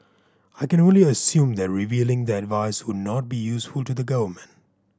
I can only assume that revealing the advice would not be useful to the government